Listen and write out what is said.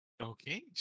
Okay